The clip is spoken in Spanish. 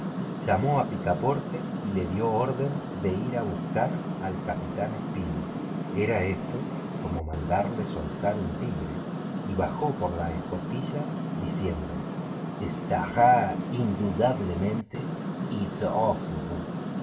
llamó a picaporte y le dio orden de ir a buscar al capitán speedy era esto como mandarle soltar un tigre y bajó por la escotilla diciendo estará indudablemente